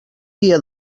dia